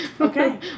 Okay